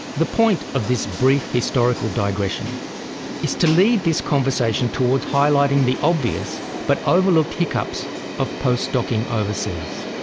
the point of this brief historical digression is to lead this conversation towards highlighting the obvious but overlooked hiccups of postdocing overseas.